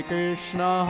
Krishna